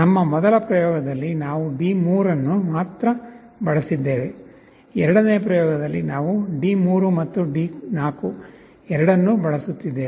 ನಮ್ಮ ಮೊದಲ ಪ್ರಯೋಗದಲ್ಲಿ ನಾವು D3 ಅನ್ನು ಮಾತ್ರ ಬಳಸುತ್ತಿದ್ದೇವೆ ಎರಡನೇ ಪ್ರಯೋಗದಲ್ಲಿ ನಾವು D3 ಮತ್ತು D4 ಎರಡನ್ನೂ ಬಳಸುತ್ತಿದ್ದೇವೆ